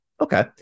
Okay